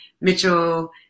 Mitchell-